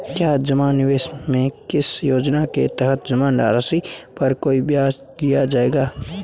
क्या जमा निवेश में इस योजना के तहत जमा राशि पर कोई ब्याज दिया जाएगा?